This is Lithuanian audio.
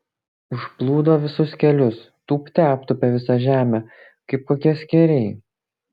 užplūdo visus kelius tūpte aptūpė visą žemę kaip kokie skėriai